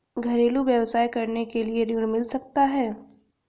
घरेलू व्यवसाय करने के लिए ऋण मिल सकता है?